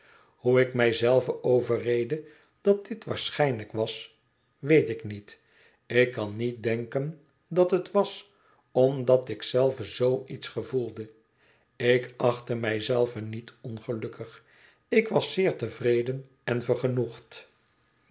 hoe ik mij zelve overreedde dat dit waarschijnlijk was weet ik niet ik kan niet denken dat het was omdat ik zelve zoo iets gevoelde ik achtte mij zelve niet ongelukkig ik was zeer tevreden en vergenoegd